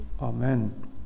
Amen